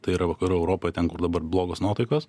tai yra vakarų europoj ten kur dabar blogos nuotaikos